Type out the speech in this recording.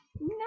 No